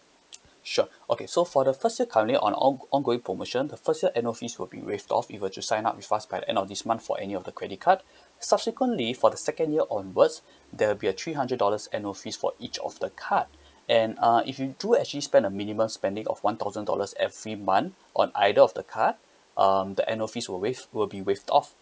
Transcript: sure okay so for the first year currently on ongoing promotion the first year annual fees will be waived off if you were to sign up with us by the end of this month for any of the credit card subsequently for the second year onwards there will be a three hundred dollars annual fees for each of the card and uh if you do actually spend a minimum spending of one thousand dollars every month on either of the card um the annual fees will waive will be waived off